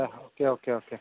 okay okay okay